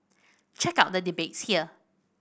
check out the debates here